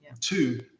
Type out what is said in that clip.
Two